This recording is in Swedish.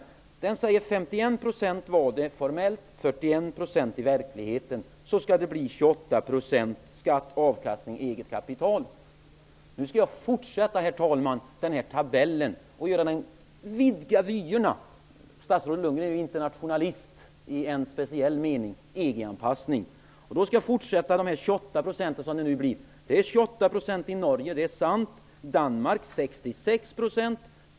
Tabellen utvisar att det formellt var 51 % skatt, och att den i verkligheten var 41 %. Det blir 28 % skatt på avkastning och eget kapital. Nu tänker jag fortsätta denna tabell och så att säga vidga vyerna. Statsrådet Bo Lundgren är ju internationalist i en speciell bemärkelse, nämligen EG-anpassning. Den här siffran 28 % som man kommer fram till, blir också i Norge 28 %.